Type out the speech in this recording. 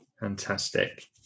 Fantastic